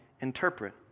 interpret